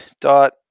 dot